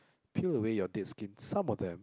peel away your dead skin some of them